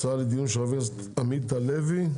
הצעה לדיון של עמית הלוי.